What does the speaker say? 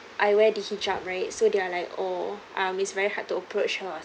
I wear the hijab right so they are like oh um is very hard to approach her or